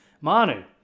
Manu